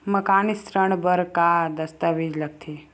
मकान ऋण बर का का दस्तावेज लगथे?